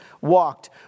walked